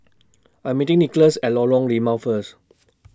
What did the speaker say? I Am meeting Nikolas At Lorong Limau First